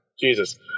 Jesus